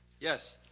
yes,